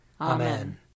Amen